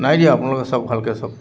নাই দিয়া আপোনলোকে চাওক ভালকৈ চাওক